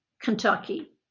Kentucky